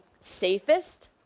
safest